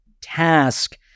task